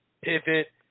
pivot